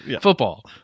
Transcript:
Football